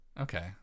okay